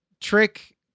trick